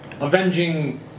Avenging